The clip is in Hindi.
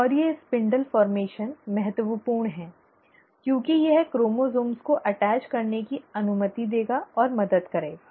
और ये स्पिंडल गठन महत्वपूर्ण है क्योंकि यह क्रोमोसोम्स को संलग्न करने की अनुमति देगा और मदद करेगा